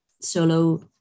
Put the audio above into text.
solo